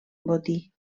botí